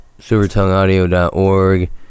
SilverTongueAudio.org